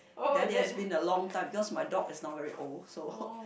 then it has been a long time because my dog is now very old so